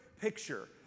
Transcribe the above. picture